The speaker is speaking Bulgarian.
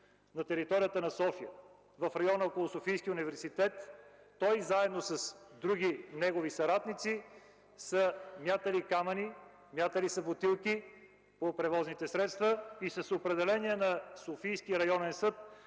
на територията на София, в района около Софийския университет, той заедно с други негови съратници, са мятали камъни и бутилки по превозните средства. С определение на Софийския районен съд